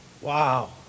Wow